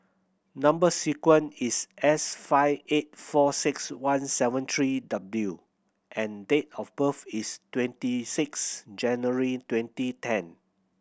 number sequence is S five eight four six one seven three W and date of birth is twenty six January twenty ten